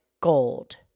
gold